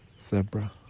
zebra